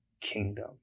kingdom